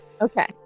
Okay